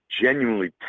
genuinely